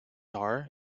are